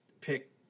pick